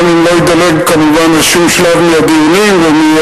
גם אם הוא לא ידלג כמובן על שום שלב מהדיונים ומההתייעצויות,